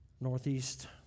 Northeast